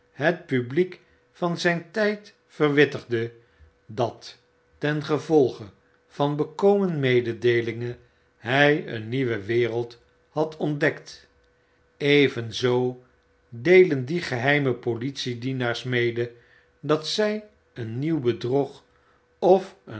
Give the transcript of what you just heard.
het publiek van zyn tyd verwittigde dat ten gevolge vanbekomen mededeelingen hy een nieuwe wereld had ontdekt evenzoo deelen die geheime politiedienaars mede dat zy een nieuw bedrog of